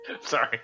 Sorry